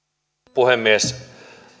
puhemies